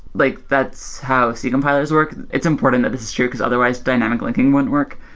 like that's how c compilers work. it's important that this is true, because otherwise dynamic linking won't work,